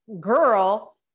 girl